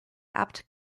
abt